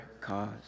cause